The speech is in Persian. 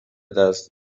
دست